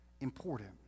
important